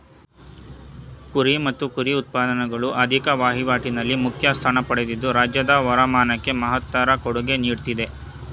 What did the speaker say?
ಕುರಿ ಮತ್ತು ಕುರಿ ಉತ್ಪನ್ನಗಳು ಆರ್ಥಿಕ ವಹಿವಾಟಲ್ಲಿ ಮುಖ್ಯ ಸ್ಥಾನ ಪಡೆದಿದ್ದು ರಾಜ್ಯದ ವರಮಾನಕ್ಕೆ ಮಹತ್ತರ ಕೊಡುಗೆ ನೀಡ್ತಿದೆ